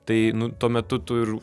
tai nu tuo metu tu ir